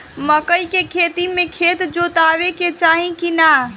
मकई के खेती मे खेत जोतावे के चाही किना?